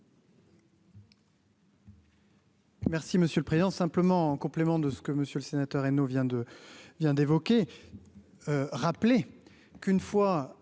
Merci Monsieur le Président, simplement en complément de ce que monsieur le sénateur, et nos vient de vient d'évoquer, rappeler qu'une fois